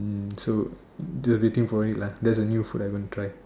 mm so everything for it lah that's the new food I'm gonna try